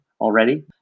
already